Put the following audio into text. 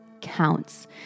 counts